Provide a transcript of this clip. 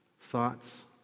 thoughts